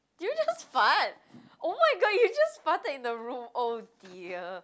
did you just fart oh-my-god you just farted in the room oh dear